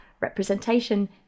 representation